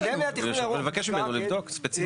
מבקש ממנו לבדוק ספציפית.